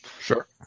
Sure